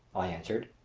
i answered.